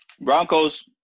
Broncos